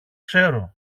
ξέρω